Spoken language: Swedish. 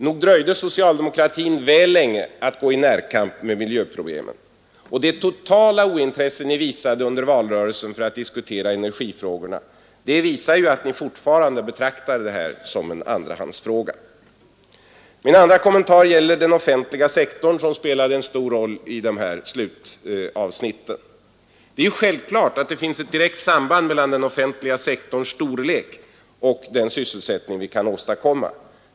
Nog dröjde socialdemokratin väl länge att gå i närkamp med miljöproblemen, och det totala ointresse ni under valrörelsen visade för energiproblemen röjer ju att ni fortfarande betraktar detta som en andrahandsfråga. Min andra kommentar gäller den offentliga sektorn, som spelade en stor roll i slutavsnitten. Det är självklart att det finns ett direkt samband mellan den offentliga sektorns storlek och den sysselsättning vi kan åstadkomma.